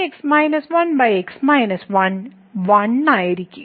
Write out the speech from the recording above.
1 ആയി വരും